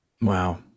Wow